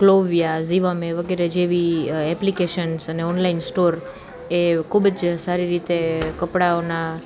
ક્લોવીયા ઝીવામે વગેરે જેવી એપ્લિકેશન્સ અને ઓનલાઇન સ્ટોર એ ખૂબ જ સારી રીતે કપડાઓના